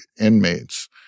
inmates